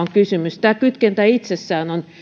on kysymys tämä kytkentä itsessään on